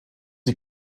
die